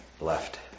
left